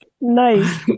Nice